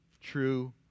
True